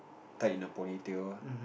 tied in a ponytail